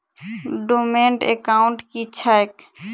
Dormant account की छैक?